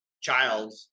child